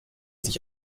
sich